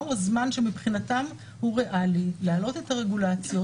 הזמן שמבחינתם הוא ריאלי להעלות את הרגולציות.